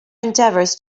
endeavors